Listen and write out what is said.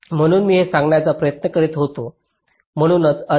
म्हणून मी हे सांगण्याचा प्रयत्न करीत होतो